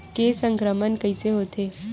के संक्रमण कइसे होथे?